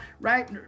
right